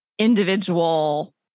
individual